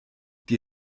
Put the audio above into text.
die